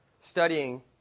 studying